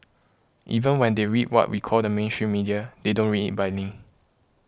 even when they read what we call the mainstream media they don't read it blindly